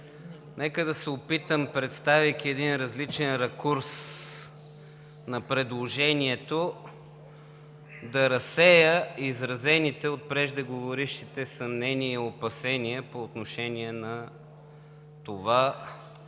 Нека да се опитам, представяйки един различен ракурс на предложението, да разсея изразените от преждеговорившите съмнения и опасения по отношение на това